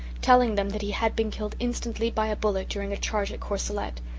telling them that he had been killed instantly by a bullet during a charge at courcelette.